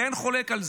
ואין חולק על זה.